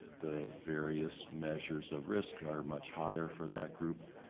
the various measures of risk are much higher for that group.